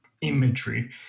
imagery